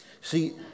See